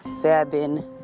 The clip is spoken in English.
seven